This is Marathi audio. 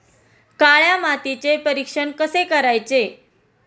काळ्या मातीचे परीक्षण कसे करायचे?